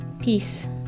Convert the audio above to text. Peace